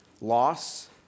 loss